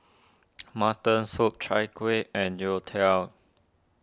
Mutton Soup Chai Kueh and Youtiao